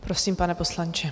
Prosím, pane poslanče.